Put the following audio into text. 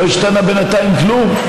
לא השתנה בינתיים כלום,